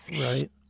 right